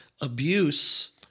abuse